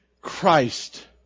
Christ